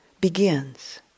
begins